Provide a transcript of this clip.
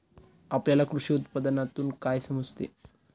आपल्याला कृषी उत्पादनातून काय समजते?